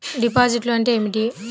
డిపాజిట్లు అంటే ఏమిటి?